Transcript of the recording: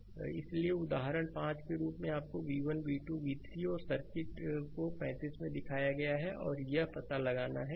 slide समय देखें 2122 इसलिए उदाहरण 5 के रूप में आपको v1 v2 और v3 और इस सर्किट को 35 में दिखाया गया है और यह पता लगाना है